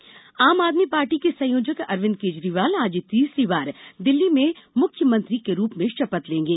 CM शपथ दिल्ली आम आदमी पार्टी के संयोजक अरविन्द केजरीवाल आज तीसरी बार दिल्ली के मुख्यमंत्री के रूप में शपथ लेंगे